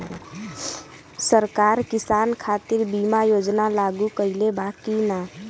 सरकार किसान खातिर बीमा योजना लागू कईले बा की ना?